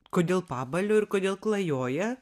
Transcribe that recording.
kodėl pabalio ir kodėl klajoja